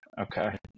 Okay